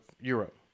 Europe